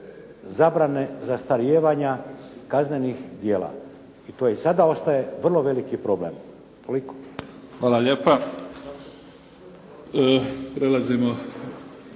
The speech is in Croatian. zabrane zastarijevanja kaznenih djela. I to i sada ostaje vrlo veliki problem. **Mimica, Neven (SDP)** Hvala lijepo. Prelazimo